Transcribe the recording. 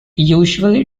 usually